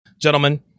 Gentlemen